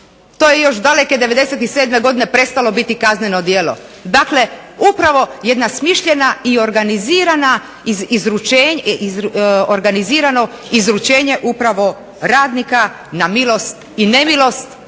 To je još daleko '97. godine prestalo biti kazneno djelo. Dakle, upravo jedna smišljeno i organizirano izručenje upravo radnika na milost i nemilost